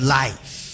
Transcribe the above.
life